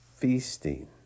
feasting